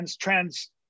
trans